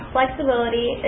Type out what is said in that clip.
Flexibility